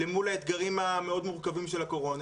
למול האתגרים המאוד מורכבים של הקורונה.